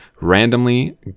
randomly